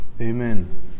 Amen